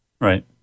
Right